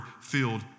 filled